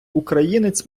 українець